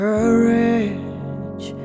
Courage